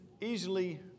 easily